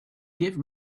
give